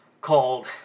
called